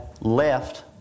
left